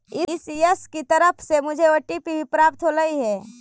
ECS की तरफ से मुझे ओ.टी.पी भी प्राप्त होलई हे